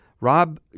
Rob